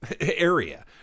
area